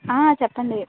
చెప్పండి